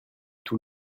tout